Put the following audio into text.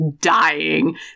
dying